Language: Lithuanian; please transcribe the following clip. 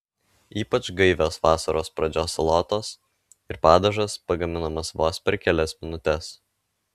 ypač gaivios vasaros pradžios salotos ir padažas pagaminamas vos per kelias minutes